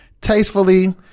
tastefully